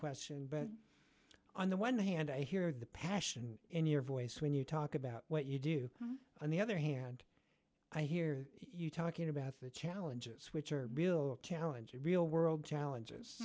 question but on the one hand i hear the passion in your voice when you talk about what you do on the other hand i hear you talking about the challenges which are real challenges real world challenges